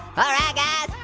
alright guys,